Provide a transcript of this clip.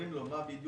אומרים לו מה בדיוק